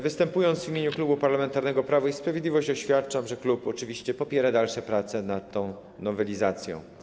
Występując w imieniu Klubu Parlamentarnego Prawo i Sprawiedliwość, oświadczam, że klub oczywiście popiera dalsze prace nad tą nowelizacją.